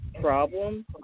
problem